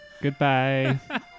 goodbye